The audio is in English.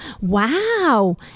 wow